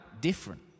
different